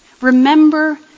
remember